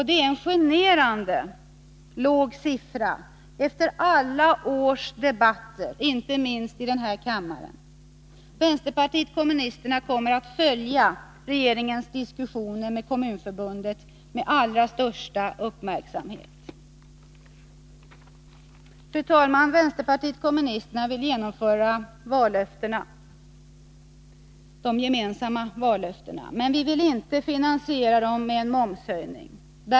Det är en generande låg siffra efter alla års debatter, inte minst i denna kammare. Vpk kommer att följa regeringens diskussioner med Kommunförbundet med den allra största uppmärksamhet. Fru talman! Vpk vill infria de gemensamma vallöftena. Men vi vill inte finansiera dem med en momshöjning.